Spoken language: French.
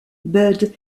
bud